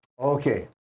Okay